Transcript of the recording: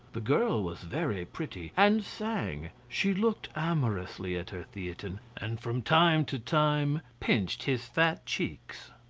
the girl was very pretty, and sang she looked amorously at her theatin, and from time to time pinched his fat cheeks.